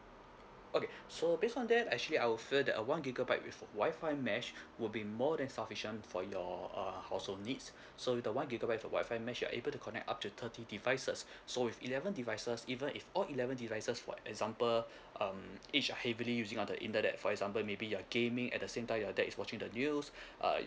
okay so based on that actually I will feel that err one gigabyte with wifi mesh would be more than sufficient for your uh household needs so with the one gigabyte for wifi mesh you're able to connect up to thirty devices so with eleven devices even if all eleven devices for example um each are heavily using on the internet for example maybe you're gaming at the same time your dad is watching the news uh